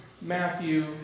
Matthew